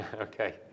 Okay